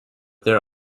their